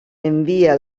envia